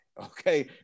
Okay